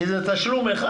כי זה תשלום אחד.